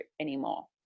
anymore